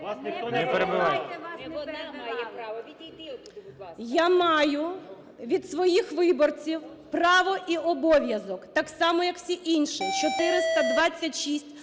Я маю від своїх виборців право і обов'язок, так само як всі інші 426